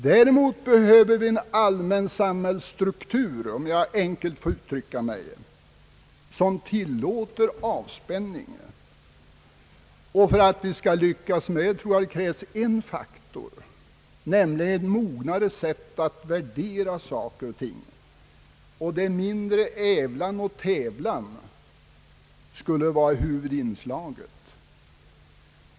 Vi behöver däremot, om jag får uttrycka mig lite kort, en allmän samhällsmentalitet som = tillåter avspänning. För att vi skall lyckas med detta tror jag att det bl.a. främst behövs en väsentlig faktor, nämligen ett mognare sätt att värdera saker och ting, som innebär att ävlan och tävlan skulle ges mindre utrymme i vår tillvaro.